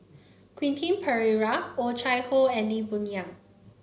Quentin Pereira Oh Chai Hoo and Lee Boon Yang